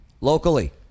locally